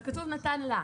אבל כתוב - נתן לה.